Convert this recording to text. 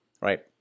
right